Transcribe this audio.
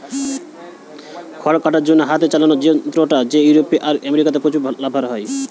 খড় কাটার জন্যে হাতে চালানা যন্ত্র যেটা ইউরোপে আর আমেরিকাতে প্রচুর ব্যাভার হয়